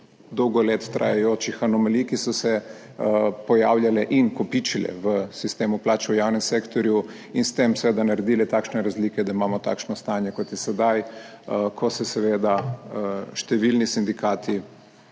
dolgo let trajajočih anomalij, ki so se pojavljale in kopičile v sistemu plač v javnem sektorju in s tem seveda naredile takšne razlike, da imamo takšno stanje kot je sedaj, ko se seveda številni sindikati